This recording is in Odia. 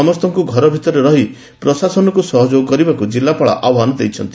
ସମସ୍ତଙ୍କୁ ଘର ଭିତରେ ରହି ପ୍ରଶାସନକୁ ସହଯୋଗ କରିବାକୁ ଜିଲ୍ଲାପାଳ ଆହ୍ବାନ କରିଛନ୍ତି